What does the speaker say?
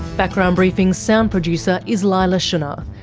background briefing's sound producer is leila shunnar,